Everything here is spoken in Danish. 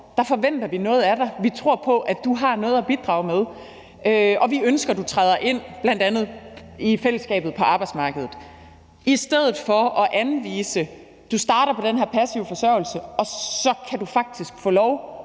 land forventer vi noget af dig; vi tror på, at du har noget at bidrage med, og vi ønsker, at du træder ind i bl.a. fællesskabet på arbejdsmarkedet – i stedet for at anvise folk at starte på den her passive forsørgelse, og så kan de faktisk få lov